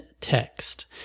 text